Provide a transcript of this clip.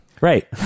Right